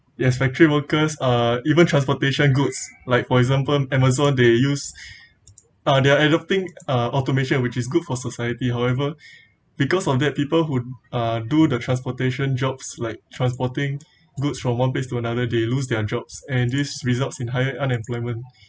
yes factory workers uh even transportation goods like for example amazon they use uh there are adopting uh automation which is good for society however because of that people who uh do the transportation jobs like transporting goods from one place to another they lose their jobs and this results in higher unemployment